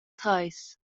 treis